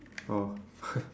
oh